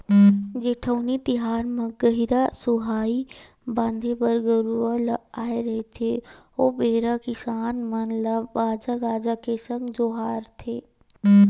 जेठउनी तिहार म गहिरा सुहाई बांधे बर गरूवा ल आय रहिथे ओ बेरा किसान मन ल बाजा गाजा के संग जोहारथे